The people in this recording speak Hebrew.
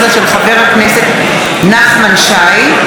2018, מאת חבר הכנסת נחמן שי,